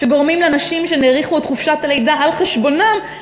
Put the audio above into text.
כשגורמים לנשים שהאריכו את חופשת הלידה על חשבונן,